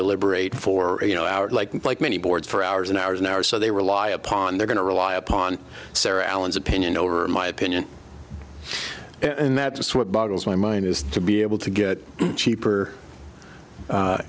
deliberate for you know like many boards for hours and hours and hours so they rely upon they're going to rely upon sarah palin's opinion over my opinion and that's what boggles my mind is to be able to get cheaper